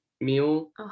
meal